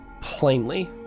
plainly